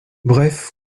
bref